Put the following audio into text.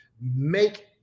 make